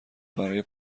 برای